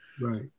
Right